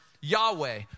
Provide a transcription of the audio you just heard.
Yahweh